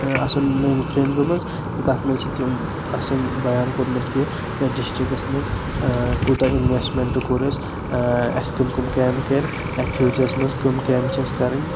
آسان main frame گٔمٕژ تہٕ تَتھ منٛز چھ تِم آسان بیان کوٚرمُت کہ یَتھ ڈِسٹرکٹس منٛز کوٗتاہ اِنوٮ۪سٹمنٹ کوٚر اَسہِ کُم کٔم کامہِ کرِ یا فیوٗچرس منٛز کٕم کامہِ چھ اسہِ کرٕنۍ